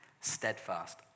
steadfast